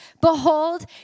behold